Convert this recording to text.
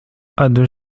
other